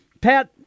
Pat